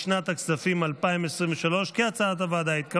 לשנת הכספים 2023, כהצעת הוועדה, התקבל.